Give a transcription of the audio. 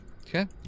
okay